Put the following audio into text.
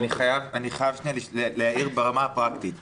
אני חייב להעיר ברמה הפרקטית.